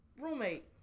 roommate